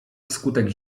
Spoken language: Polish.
wskutek